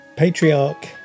Patriarch